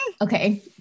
okay